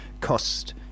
cost